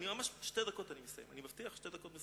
אני מבטיח לסיים בתוך שתי דקות.